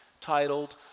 titled